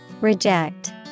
Reject